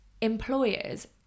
employers